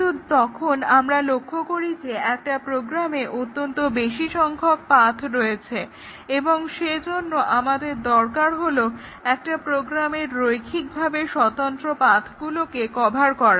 কিন্তু তখন আমরা লক্ষ্য করি যে একটা প্রোগ্রামে অত্যন্ত বেশি সংখ্যক পাথ্ রয়েছে এবং সেজন্য আমাদের দরকার হলো একটা প্রোগ্রামের রৈখিকভাবে স্বতন্ত্র পাথ্গুলোকে কভার করা